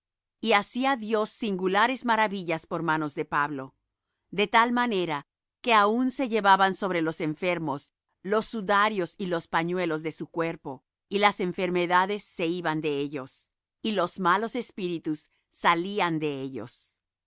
y hacía dios singulares maravillas por manos de pablo de tal manera que aun se llevaban sobre los enfermos los sudarios y los pañuelos de su cuerpo y las enfermedades se iban de ellos y los malos espíritus salían de ellos